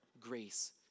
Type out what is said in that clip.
Grace